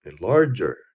larger